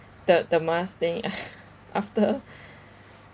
the the mask thing after